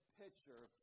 picture